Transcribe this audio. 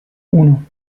uno